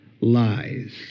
lies